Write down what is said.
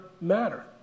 matter